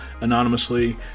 anonymously